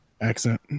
accent